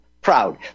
Proud